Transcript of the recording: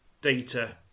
Data